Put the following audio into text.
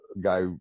guy